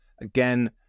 again